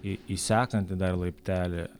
į į sekantį dar laiptelį